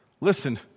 listen